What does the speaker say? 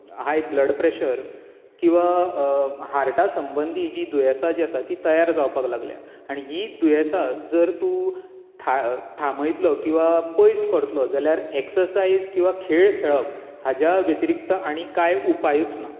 हाय blood pressure किवा हार्टा संबंदीं जीं दुयेंसां जी आसात तीं तयार जावपाक लागल्यांत आनी हीं दुयेंसां जर तूं था थांबयतलो किवा पयस करतलो जाल्यार एक्सर्सायज किवा खेळ खेळप हाच्या व्यक्तीरीक्त आनी कांय उपायच ना